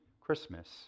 Christmas